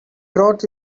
brought